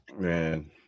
man